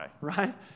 right